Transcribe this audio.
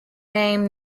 name